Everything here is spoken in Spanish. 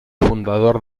fundador